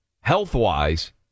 health-wise –